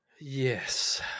Yes